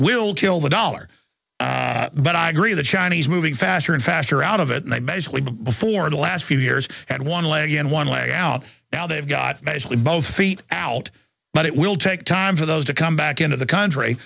will kill the dollar but i agree the chinese moving faster and faster out of it and they basically before the last few years had one leg and one way out now they've got basically both feet out but it will take time for those to come back into the country